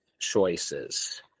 Choices